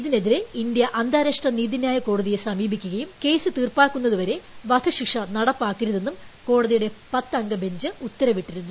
ഇതിനെതിരെ ഇന്ത്യ അന്താരാഷ്ട്ര നീതിന്യായ കോടതിയെ സമീപിക്കുകയും കേസ് തീർപ്പാക്കുന്നതുവരെ വധശിക്ഷ നടപ്പാക്കരുതെന്നും കോടതിയുടെ പത്തംഗ ബഞ്ച് ഉത്തരവിട്ടിരുന്നു